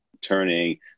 turning